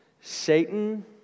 Satan